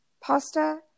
pasta